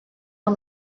and